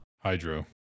hydro